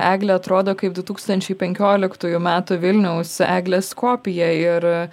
eglė atrodo kaip du tūkstančiai penkioliktųjų metų vilniaus eglės kopija ir